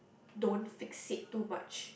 don't fixate too much